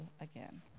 again